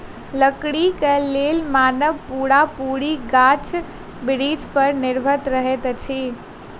लकड़ीक लेल मानव पूरा पूरी गाछ बिरिछ पर निर्भर रहैत अछि